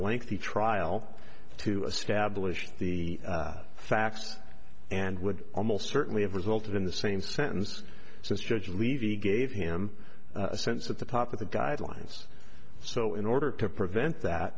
lengthy trial to establish the facts and would almost certainly have resulted in the same sentence since judge levy gave him a sense at the top of the guidelines so in order to prevent